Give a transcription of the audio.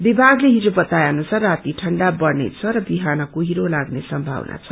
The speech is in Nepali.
विभागते हिज बताए अनुसार राती ठण्डा बढ़ने छ र बिहान कुहिरो लाग्ने सम्भावना छ